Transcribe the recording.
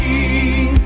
King